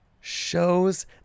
shows